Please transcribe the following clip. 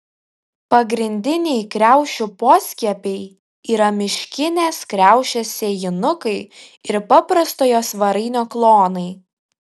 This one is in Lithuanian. pagrindiniai kriaušių poskiepiai yra miškinės kriaušės sėjinukai ir paprastojo svarainio klonai